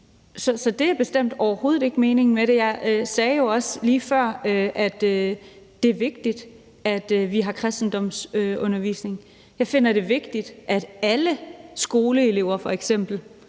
Så det er bestemt overhovedet ikke meningen med det. Jeg sagde jo også lige før, at det er vigtigt, at vi har kristendomsundervisning. Jeg finder det vigtigt, at alle skoleelever f.eks.